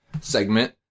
segment